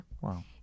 Wow